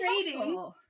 trading